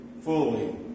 fully